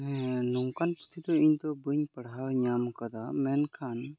ᱱᱚᱝᱠᱟᱱ ᱯᱩᱛᱷᱤ ᱫᱚ ᱤᱧ ᱫᱚ ᱵᱟᱹᱧ ᱯᱟᱲᱦᱟᱣ ᱧᱟᱢ ᱟᱠᱟᱫᱟ ᱢᱮᱱᱠᱷᱟᱱ